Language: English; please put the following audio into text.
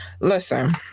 listen